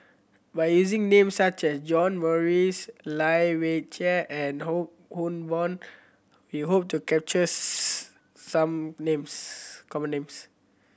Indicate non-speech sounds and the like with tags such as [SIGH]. by using names such as John Morrice Lai Weijie and Wong Hock Boon we hope to capture [UNINTELLIGIBLE] some names common names